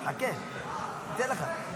חכה, ניתן לך.